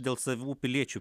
dėl savų piliečių